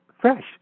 fresh